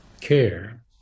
care